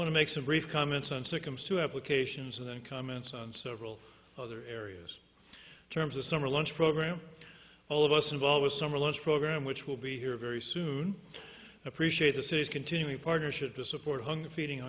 want to make some brief comments on succumbs to applications and comments on several other areas in terms of summer lunch program all of us involved with summer lunch program which will be here very soon appreciate the city's continuing partnership to support hunger feeding